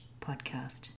podcast